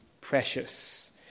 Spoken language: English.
precious